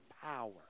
power